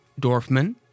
Dorfman